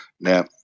Now